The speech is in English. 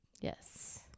Yes